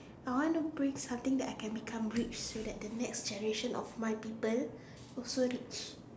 I want to bring something that I can become rich so that the next generation of my people also rich